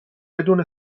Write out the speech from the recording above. بدون